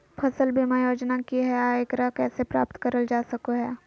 फसल बीमा योजना की हय आ एकरा कैसे प्राप्त करल जा सकों हय?